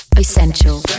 Essential